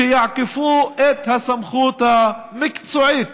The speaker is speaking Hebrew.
שיעקפו את הסמכות המקצועית